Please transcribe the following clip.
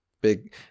Big